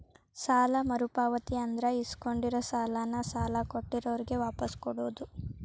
ಸಾಲ ಮರುಪಾವತಿ ಅಂದ್ರ ಇಸ್ಕೊಂಡಿರೋ ಸಾಲಾನ ಸಾಲ ಕೊಟ್ಟಿರೋರ್ಗೆ ವಾಪಾಸ್ ಕೊಡೋದ್